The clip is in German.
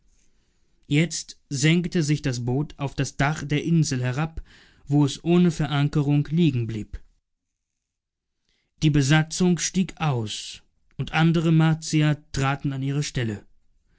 jetzt senkte sich das boot auf das dach der insel langsam herab wo es ohne verankerung liegenblieb die besatzung stieg aus und andere martier traten an ihre stelle